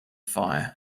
fire